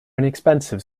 inexpensive